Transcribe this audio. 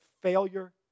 failure